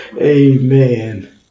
amen